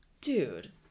dude